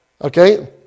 Okay